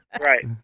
Right